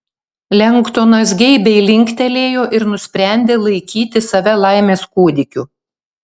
lengdonas geibiai linktelėjo ir nusprendė laikyti save laimės kūdikiu